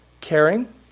caring